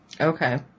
Okay